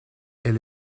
elle